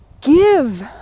give